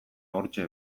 hortxe